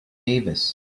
davis